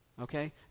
Okay